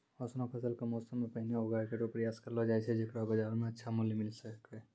ऑसनो फसल क मौसम सें पहिने उगाय केरो प्रयास करलो जाय छै जेकरो बाजार म अच्छा मूल्य मिले सके